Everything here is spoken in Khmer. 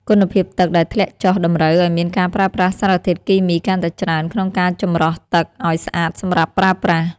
គុណភាពទឹកដែលធ្លាក់ចុះតម្រូវឱ្យមានការប្រើប្រាស់សារធាតុគីមីកាន់តែច្រើនក្នុងការចម្រោះទឹកឱ្យស្អាតសម្រាប់ប្រើប្រាស់។